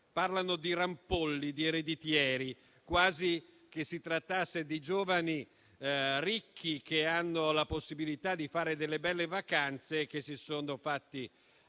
parlano di rampolli e di ereditieri, quasi si trattasse di giovani ricchi che hanno la possibilità di fare belle vacanze e si sono fatti